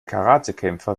karatekämpfer